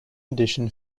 edition